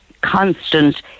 constant